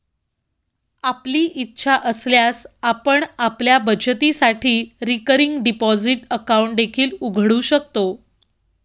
आपली इच्छा असल्यास आपण आपल्या बचतीसाठी रिकरिंग डिपॉझिट अकाउंट देखील उघडू शकता